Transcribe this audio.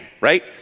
right